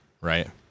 right